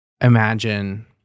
imagine